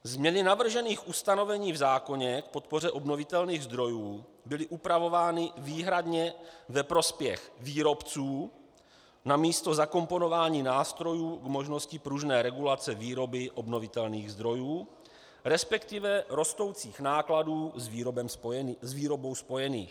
Změny navržených ustanovení v zákoně k podpoře obnovitelných zdrojů byly upravovány výhradně ve prospěch výrobců namísto zakomponování nástrojů k možnosti pružné regulace výroby obnovitelných zdrojů, resp. rostoucích nákladů s výrobou spojených.